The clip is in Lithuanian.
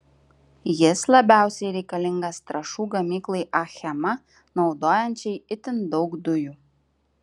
jis labiausiai reikalingas trąšų gamyklai achema naudojančiai itin daug dujų